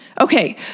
Okay